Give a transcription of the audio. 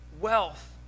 wealth